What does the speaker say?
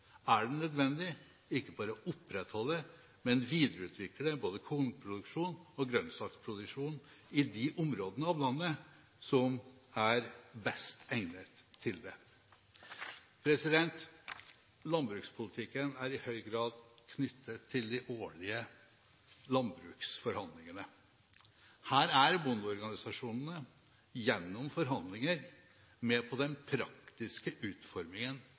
er det nødvendig ikke bare å opprettholde, men å videreutvikle både kornproduksjon og grønnsaksproduksjon i de områdene av landet som er best egnet til det. Landbrukspolitikken er i høy grad knyttet til de årlige landbruksforhandlingene. Her er bondeorganisasjonene, gjennom forhandlinger, med på den praktiske utformingen